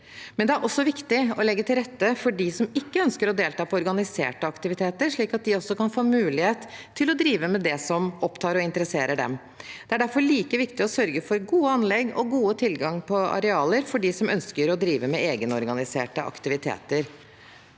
Det er også viktig å legge til rette for dem som ikke ønsker å delta på organiserte aktiviteter, slik at de også kan få mulighet til å drive med det som opptar og interesserer dem. Det er derfor like viktig å sørge for gode anlegg og god tilgang på arealer for dem som ønsker å drive med egenorganiserte aktiviteter.